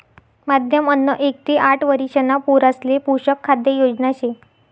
माध्यम अन्न एक ते आठ वरिषणा पोरासले पोषक खाद्य योजना शे